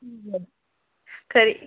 खरी खरी